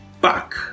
back